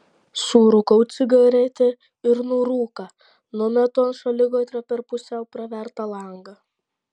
surūkau cigaretę ir nuorūką numetu ant šaligatvio per pusiau pravertą langą